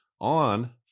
on